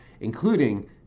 including